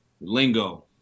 lingo